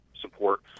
support